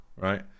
right